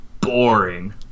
boring